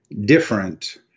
different